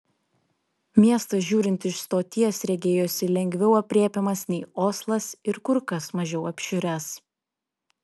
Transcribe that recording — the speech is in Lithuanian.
miestas žiūrint iš stoties regėjosi lengviau aprėpiamas nei oslas ir kur kas mažiau apšiuręs